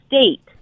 state